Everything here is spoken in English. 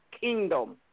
kingdom